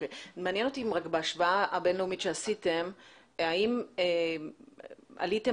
מעניין אותי אם בהשוואה הבינלאומית שעשיתם האם עליתם